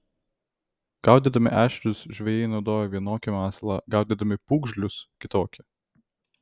gaudydami ešerius žvejai naudoja vienokį masalą gaudydami pūgžlius kitokį